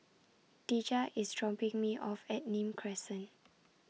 Dejah IS dropping Me off At Nim Crescent